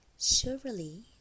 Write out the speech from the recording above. surely